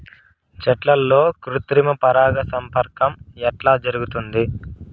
చెట్లల్లో కృత్రిమ పరాగ సంపర్కం ఎట్లా జరుగుతుంది?